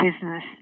business